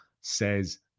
says